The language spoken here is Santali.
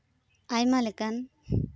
ᱟᱭᱢᱟ ᱞᱮᱠᱟᱱ